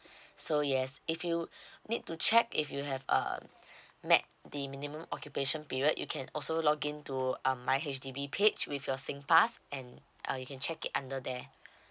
so yes if you need to check if you have uh met the minimum occupation period you can also login to um my H_D_B page with your singpass and uh you can check it under there